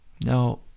Now